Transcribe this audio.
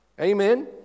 Amen